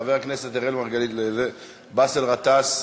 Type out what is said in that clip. חברי הכנסת אראל מרגלית, באסל גטאס.